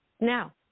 Now